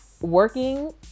working